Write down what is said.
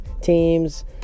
teams